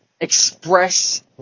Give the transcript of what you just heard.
express